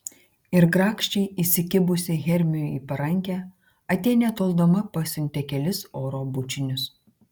ir grakščiai įsikibusi hermiui į parankę atėnė toldama pasiuntė kelis oro bučinius